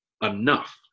enough